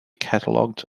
cataloged